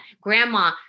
Grandma